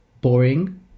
boring